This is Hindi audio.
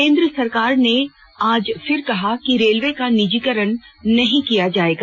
केंद्र सरकार ने आज फिर कहा कि रेलवे का निजीकरण नहीं किया जाएगा